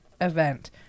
event